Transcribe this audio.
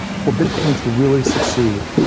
for bit coin to really succeed,